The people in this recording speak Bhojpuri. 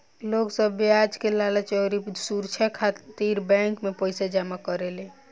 लोग सब ब्याज के लालच अउरी सुरछा खातिर बैंक मे पईसा जमा करेले